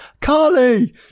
Carly